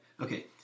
Okay